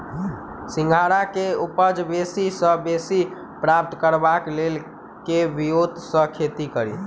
सिंघाड़ा केँ उपज बेसी सऽ बेसी प्राप्त करबाक लेल केँ ब्योंत सऽ खेती कड़ी?